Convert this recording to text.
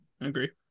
agree